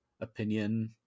opinion